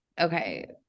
okay